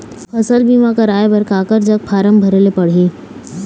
फसल बीमा कराए बर काकर जग फारम भरेले पड़ही?